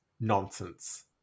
nonsense